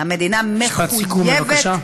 המדינה מחויבת, משפט סיכום, בבקשה.